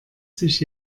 sich